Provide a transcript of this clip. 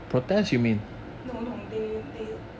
no no they they